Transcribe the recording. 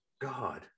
God